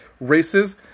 races